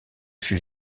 fut